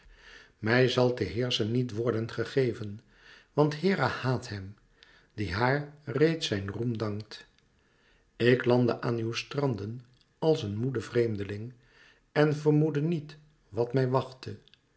mij zal te heerschen niet worden gegeven want hera haat hem die haar reeds zijn roem dankt ik landde aan uw stranden als een moede vreemdeling en vermoedde niet wat mij wachtte